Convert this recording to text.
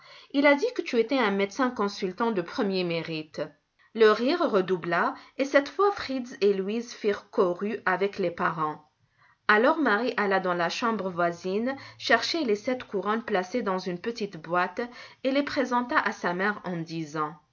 il a dit que tu étais un médecin consultant de premier mérite le rire redoubla et cette fois fritz et louise firent chorus avec les parents alors marie alla dans la chambre voisine chercher les sept couronnes placées dans une petite boîte et les présenta à sa mère en disant